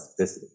specificity